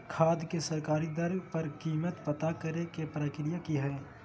खाद के सरकारी दर पर कीमत पता करे के प्रक्रिया की हय?